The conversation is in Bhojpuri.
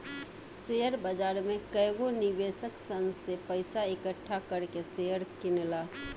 शेयर बाजार में कएगो निवेशक सन से पइसा इकठ्ठा कर के शेयर किनला